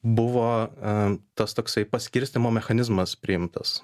buvo a tas toksai paskirstymo mechanizmas priimtas